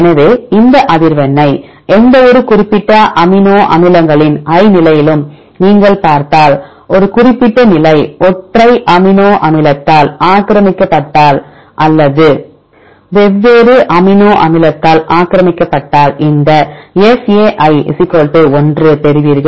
எனவே இந்த அதிர்வெண்ணை எந்தவொரு குறிப்பிட்ட அமினோ அமிலங்களின் I நிலையிலும் நீங்கள் பார்த்தால் ஒரு குறிப்பிட்ட நிலை ஒற்றை அமினோ அமிலத்தால் ஆக்கிரமிக்கப்பட்டால் அல்லது வெவ்வேறு அமினோ அமிலத்தால் ஆக்கிரமிக்கப்பட்டால் இந்த fa 1 பெறுவீர்கள்